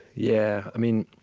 yeah, i mean